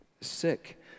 sick